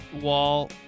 wall